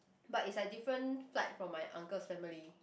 but it's like different flight from my uncle's family